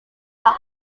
pak